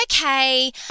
okay